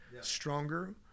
stronger